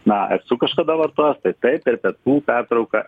na esu kažkada vartojęs tai taip per pietų pertrauką